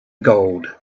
gold